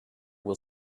will